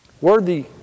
Worthy